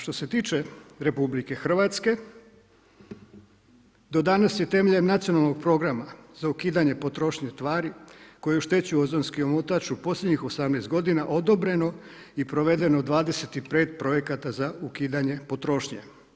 Što se tiče Republike Hrvatske, do danas je temeljem Nacionalnog programa za ukidanje potrošnje tvari koje oštećuju ozonski omotač u posljednjih 18 godina odobreno i provedeno 25 projekata za ukidanje potrošnje.